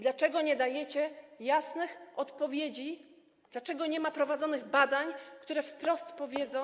Dlaczego nie dajecie jasnych odpowiedzi, dlaczego nie ma prowadzonych badań, które wprost powiedzą.